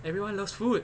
everyone loves food